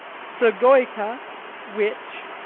stregoica witch,